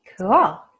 cool